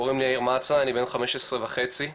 קוראים לי יאיר מצא אני בן 15 וחצי מגדרה,